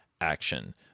action